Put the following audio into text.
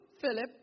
Philip